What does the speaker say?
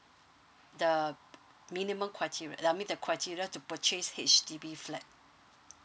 the minimum criteria I mean the criteria to purchase H_D_B flat